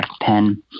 pen